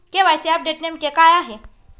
KYC update नेमके काय आहे?